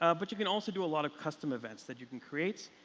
ah but you can also do a lot of custom events that you can create.